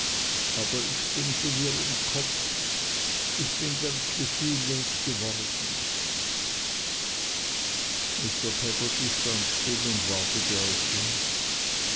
ick bün so wirr im kopp ich bin ganz gefühllos geworden mr peggotty stand jetzt still und wartete auf uns